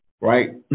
right